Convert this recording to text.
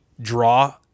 draw